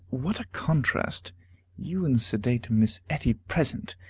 what a contrast you and sedate miss etty present!